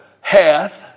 hath